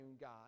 God